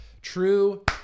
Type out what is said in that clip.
True